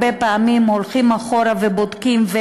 הרבה פעמים כשהולכים אחורה ובודקים,